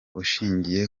ushingiye